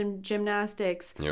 gymnastics